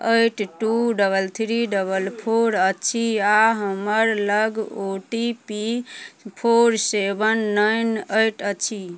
eight two double three double four अछि आओर हमरलग O T P four seven nine eight अछि